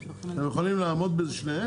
אתם יכולים לעמוד בשניהם?